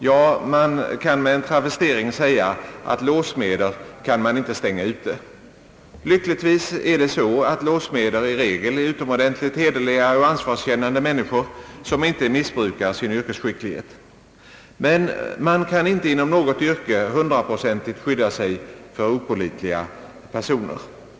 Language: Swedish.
Ja, man kan väl med en travestering säga, att låssmeder kan man inte stänga ute. Lyckligtvis är det så, att låssmeder i regel är utomordentligt hederliga och ansvarskännande människor, som inte missbrukar 'sin yrkesskicklighet. Men man kan inte inom något yrke hundraprocentigt skydda sig mot opålitliga personer.